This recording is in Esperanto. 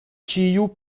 ĉiu